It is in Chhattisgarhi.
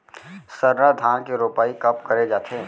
सरना धान के रोपाई कब करे जाथे?